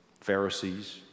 Pharisees